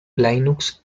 linux